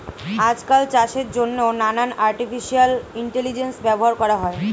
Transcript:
আজকাল চাষের জন্যে নানান আর্টিফিশিয়াল ইন্টেলিজেন্স ব্যবহার করা হয়